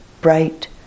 bright